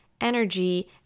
energy